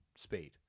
speed